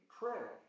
pray